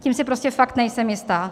Tím si prostě fakt nejsem jistá.